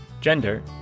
gender